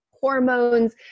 hormones